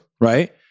right